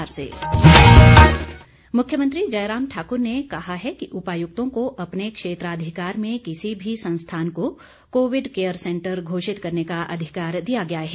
बैठक मुख्यमंत्री जयराम ठाक्र ने कहा है कि उपायुक्तों को अपने क्षेत्राधिकार में किसी भी संस्थान को कोविड केयर सैंटर घोषित करने का अधिकार दिया गया है